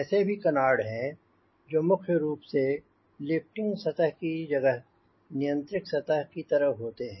ऐसे भी कनार्ड हैं जो मुख्य रूप से लिफ्टिंग सतह की जगह नियंत्रक सतह की तरह होते हैं